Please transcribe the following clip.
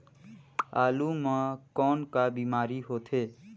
आलू म कौन का बीमारी होथे?